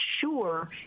sure